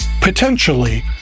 potentially